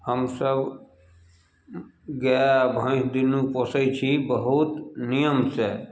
हमसभ गाइ भैँस दुन्नू पोसै छी बहुत नियमसे